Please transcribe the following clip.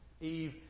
Eve